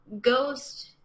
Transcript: ghost